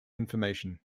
information